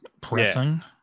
Pressing